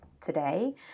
today